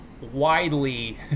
widely